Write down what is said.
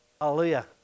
Hallelujah